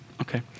Okay